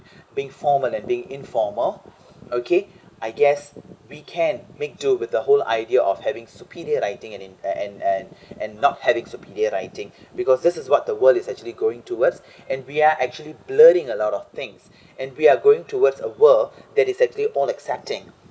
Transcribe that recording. being formal and being informal okay I guess we can make do with the whole idea of having superior writing and in and and and not having superior writing because this is what the world is actually going towards and we are actually blurring a lot of things and we are going towards a world that is actually all accepting